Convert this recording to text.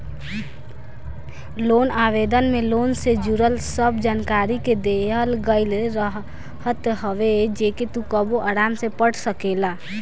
loan आवेदन में loan से जुड़ल सब जानकरी के देहल गईल रहत हवे जेके तू कबो आराम से पढ़ सकेला